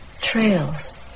trails